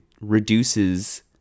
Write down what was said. reduces